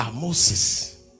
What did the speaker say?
Moses